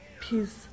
Peace